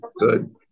Good